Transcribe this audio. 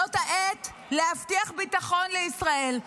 זאת העת להבטיח ביטחון לישראל,